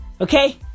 Okay